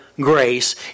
grace